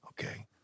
Okay